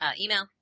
email